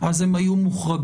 אז הן היו מוחרגות,